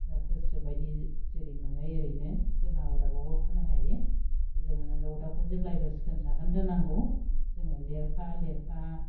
दा गोसो बायदि जेरै मोनो एरैनो जोंहा अरदाबावबो फुनो हायो जोङो अरदाबखौ जेब्लायबो सिखोन साखोन दोननांगौ जोङो लेरफा लेरफा